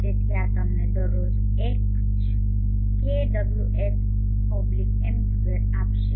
તેથી આ તમને દરરોજ H kWhm2 આપશે